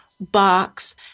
box